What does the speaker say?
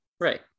Right